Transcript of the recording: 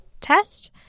test